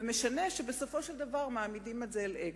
ומשנה שבסופו של דבר מעמידים את זה על אגו.